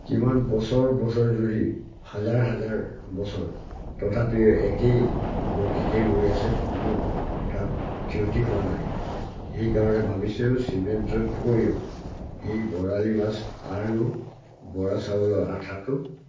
কিমান বছৰ বছৰ যদি হাজাৰ হাজাৰ বছৰ তথাপিও একেই গতিতে ৰৈ আছে কোনো তাত ক্ষতি হোৱা নাই সেইকাৰণে ভাবিছোঁ চিমেণ্টতকৈও সেই বৰালি মাছ আৰু বৰা চাউলৰ আঠাটো